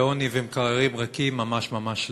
בעוני ובמקררים ריקים, ממש ממש לא.